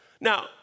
Now